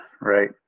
Right